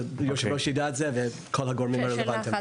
שהיושב ראש וכל הגורמים הרלוונטיים ידעו זאת.